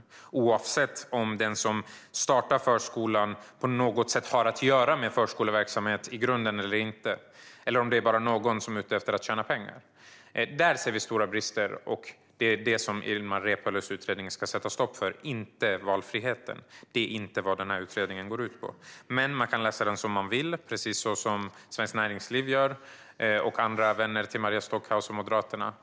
Det gäller oavsett om den som startar förskolan i grunden har något att göra med förskoleverksamhet eller inte eller om det är någon som bara är ute efter att tjäna pengar. Där ser vi stora brister, och det är detta som Ilmar Reepalus utredning ska sätta stopp för - inte valfriheten. Det är inte vad utredningen går ut på. Man kan läsa den som man vill, precis som Svenskt Näringsliv och andra vänner till Maria Stockhaus och Moderaterna gör.